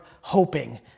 hoping